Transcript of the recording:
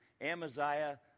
Amaziah